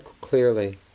clearly